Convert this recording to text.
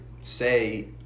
say